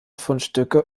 fundstücke